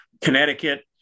Connecticut